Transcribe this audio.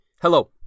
Hello